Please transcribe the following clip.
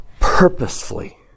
purposefully